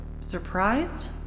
Surprised